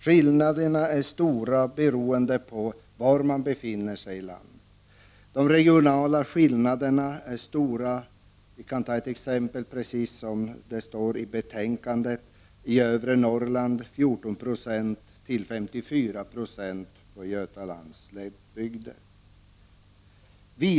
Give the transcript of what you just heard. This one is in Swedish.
Skillnaderna är stora, beroende på var man befinner sig i landet. Vi kan ta det exempel på regionala skillnader som finns i betänkandet — 14 96 i övre Norrland och 54 96 i Götaland.